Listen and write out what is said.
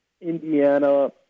Indiana